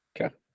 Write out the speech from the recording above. okay